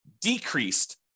decreased